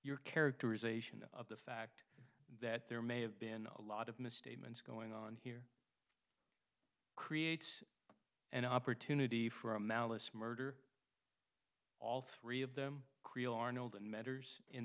your characterization of the fact that there may have been a lot of misstatements going on here creates an opportunity for a mouse murder all three of them